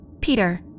Peter